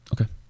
Okay